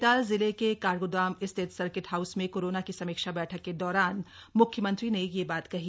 नैनीताल जिले के काठगोदाम स्थित सर्किट हाऊस में कोरोना की समीक्षा बैठक के दौरान म्ख्यमंत्री ने यह बात कही